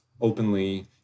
openly